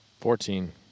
Fourteen